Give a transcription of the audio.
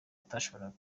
atashoboraga